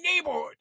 neighborhood